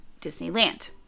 Disneyland